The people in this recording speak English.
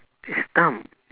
it's dumb